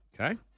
Okay